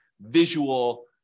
visual